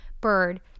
bird